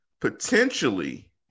potentially